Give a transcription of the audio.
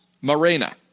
Morena